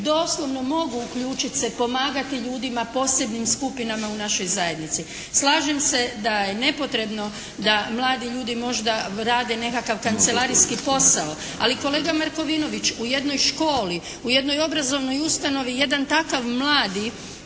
doslovno mogu uključiti se, pomagati ljudima, posebnim skupinama u našoj zajednici. Slažem se da je nepotrebno da mladi ljudi možda rade nekakav kancelarijski posao. Ali kolega Markovinović, u jednoj školi, u jednoj obrazovnoj ustanovi jedan takav mladi